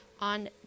on